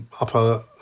upper